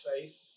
faith